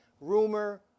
Rumor